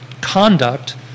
conduct